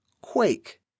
Quake